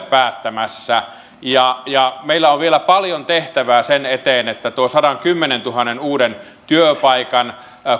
päättämässä ja ja meillä on vielä paljon tehtävää sen eteen että tuo sadankymmenentuhannen uuden työpaikan